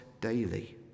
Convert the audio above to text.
daily